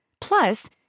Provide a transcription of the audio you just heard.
Plus